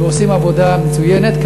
עושים עבודה מצוינת,